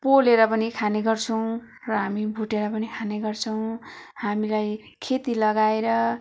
पोलेर पनि खाने गर्छौँ र हामी भुटेर पनि खाने गर्छौँ हामीलाई खेती लगाएर